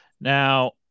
Now